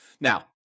Now